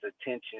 attention